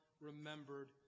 remembered